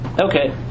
Okay